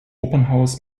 opernhaus